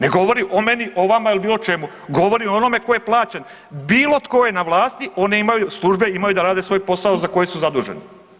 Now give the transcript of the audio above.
Ne govori o meni, o vama ili bilo čemu govori o onome tko je plaćen, bilo tko je na vlasti one imaju službe imaju da rade svoj posao za koji su zadužene.